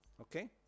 Okay